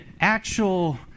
actual